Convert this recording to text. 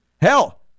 Hell